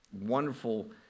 wonderful